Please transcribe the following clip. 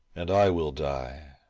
and i will die.